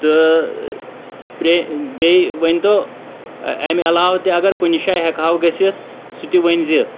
تہٕ بیٚیہِ ؤنۍ تو اَمہِ علاوٕ تہِ اَگر کُنہِ جایہ ہیٚکہٕ ہاو گٔژھِتھ سُہ تہِ ؤنۍ زِ